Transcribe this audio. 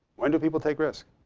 when do people take risks?